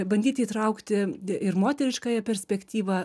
bandyti įtraukti ir moteriškąją perspektyvą